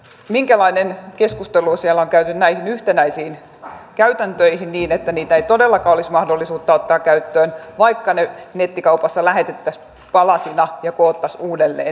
minkälainen keskustelu siellä on käyty näistä yhtenäisistä käytännöistä niin että niitä ei todellakaan olisi mahdollisuutta ottaa käyttöön vaikka ne nettikaupasta lähetettäisiin palasina ja koottaisiin uudelleen